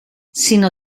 sino